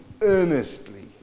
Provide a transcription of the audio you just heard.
earnestly